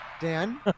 Dan